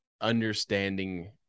understanding